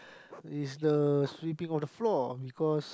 is the sweeping on the floor because